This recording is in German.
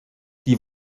die